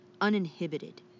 uninhibited